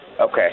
Okay